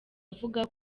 avuga